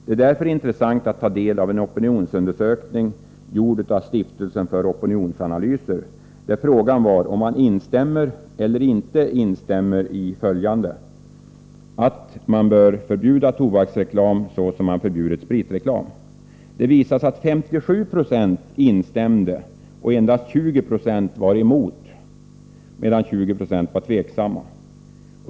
Det är därför intressant att ta del av en opinionsundersökning gjord av Stiftelsen för opinionsanalyser, där frågan var om man instämmer eller inte instämmer i ”att man bör förbjuda tobaksreklam så som man förbjudit spritreklam?” Det visade sig att 57 90 instämde och att endast 20 26 var emot, medan 20 96 var tveksamma.